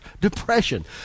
depression